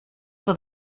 for